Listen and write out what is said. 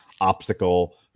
obstacle